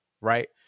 Right